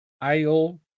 io